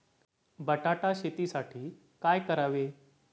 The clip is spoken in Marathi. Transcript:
बटाटा शेतीसाठी काय करावे?